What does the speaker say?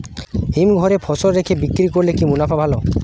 হিমঘরে ফসল রেখে বিক্রি করলে কি মুনাফা ভালো?